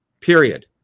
Period